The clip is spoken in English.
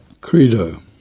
Credo